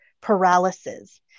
paralysis